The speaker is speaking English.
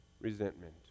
resentment